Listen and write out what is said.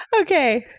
okay